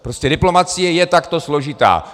Prostě diplomacie je takto složitá.